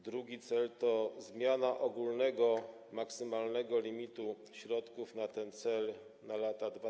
Drugi cel to zmiana ogólnego maksymalnego limitu środków na ten cel na lata 2016–2025.